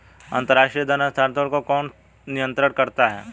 अंतर्राष्ट्रीय धन हस्तांतरण को कौन नियंत्रित करता है?